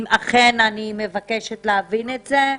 אני מבקשת להבין את זה.